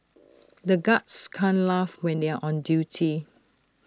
the guards can't laugh when they are on duty